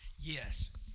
Yes